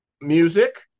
music